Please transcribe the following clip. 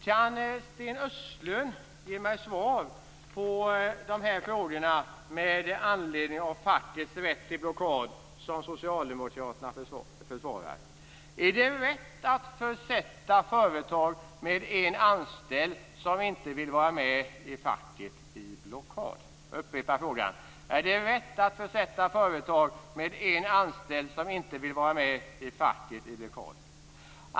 Kan Sten Östlund ge mig svar på dessa frågor med anledning av fackets rätt till blockad som Socialdemokraterna försvarar? Är det rätt att försätta företag med en anställd som inte vill vara med i facket i blockad? Jag upprepar frågan. Är det rätt att försätta företag med en anställd som inte vill vara med i facket i blockad?